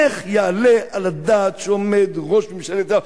איך יעלה על הדעת שעומד ראש ממשלת ישראל,